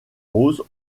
rose